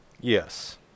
Yes